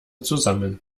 zusammen